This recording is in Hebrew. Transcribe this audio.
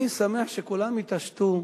אני שמח שכולם התעשתו.